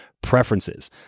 preferences